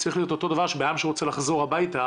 צריך להיות אותו דבר שאדם שרוצה לחזור הביתה,